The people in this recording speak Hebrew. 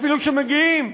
אפילו כשמגיעים,